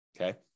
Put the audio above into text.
Okay